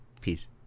Peace